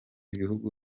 bihugu